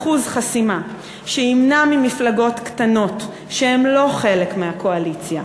אחוז חסימה שימנע ממפלגות קטנות שהן לא חלק מהקואליציה,